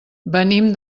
venim